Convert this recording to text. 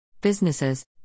Businesses